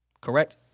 Correct